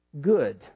good